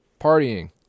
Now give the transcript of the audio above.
partying